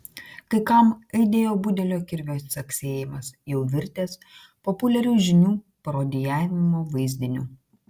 kai kam aidėjo budelio kirvio caksėjimas jau virtęs populiariu žinių parodijavimo vaizdiniu